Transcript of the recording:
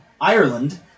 Ireland